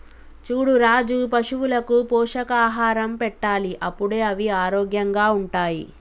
చూడు రాజు పశువులకు పోషకాహారం పెట్టాలి అప్పుడే అవి ఆరోగ్యంగా ఉంటాయి